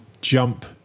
jump